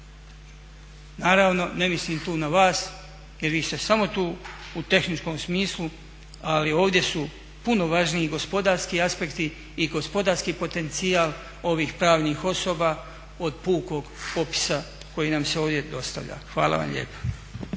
Naravno ne mislim tu na vas jer vi ste samo tu u tehničkom smislu, ali ovdje su puno važniji gospodarski aspekti i gospodarski potencijal ovih pravnih osoba od pukog popisa koji nam se ovdje dostavlja. Hvala vam lijepa.